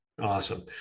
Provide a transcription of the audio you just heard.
Awesome